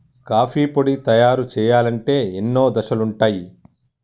coffee పొడి తయారు చేయాలంటే ఎన్నో దశలుంటయ్